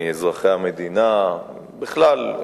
מאזרחי המדינה בכלל,